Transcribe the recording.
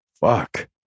Fuck